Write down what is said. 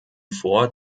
vor